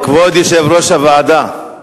כבוד יושב-ראש הוועדה,